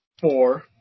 four